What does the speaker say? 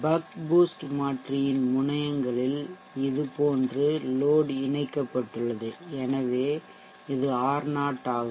buck boost மாற்றியின் முனையங்களில் இதுபோன்று லோட் இணைக்கப்பட்டுள்ளது எனவே இது R0 ஆகும்